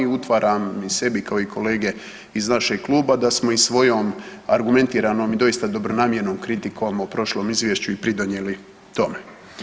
Utvaram sebi kao i kolege iz našeg kluba da smo i svojom argumentiranom i doista dobronamjernom kritikom o prošlom izvješću i pridonijeli tome.